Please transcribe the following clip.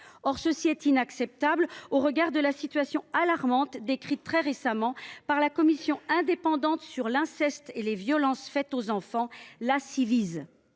C’est inacceptable au regard de la situation alarmante décrite très récemment par la Commission indépendante sur l’inceste et les violences sexuelles faites aux enfants